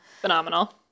Phenomenal